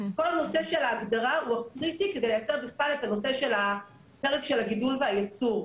כל נושא ההגדרה הוא קריטי כדי לייצר את הפרק של הגידול והייצור.